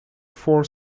four